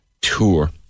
tour